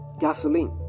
Gasoline